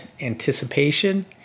anticipation